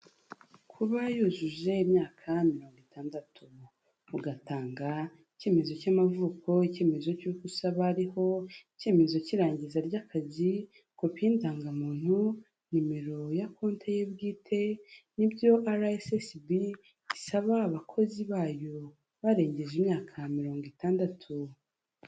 Kuba yujuje imyaka mirongo itandatu, rugatanga icyemezo cy'amavuko, icyemezo cy'uko usaba ariho, icyemezo cy'irangiza ry'akazi, kopi y'indangamuntu, nimero ya konte ye bwite, ni ibyo RSSB isaba abakozi bayo barengeje imyaka mirongo itandatu.